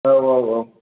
औ औ औ